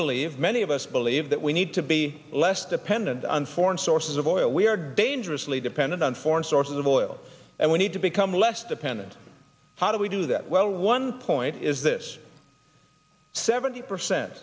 believe many of us believe that we need to be less dependent on foreign sources of oil we are dangerously dependent on foreign sources of oil and we need to become less dependent how do we do that well one point is this seventy percent